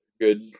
good